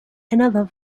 another